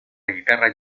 guitarra